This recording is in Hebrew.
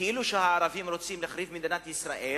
כאילו הערבים רוצים להחריב את מדינת ישראל?